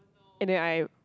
and then I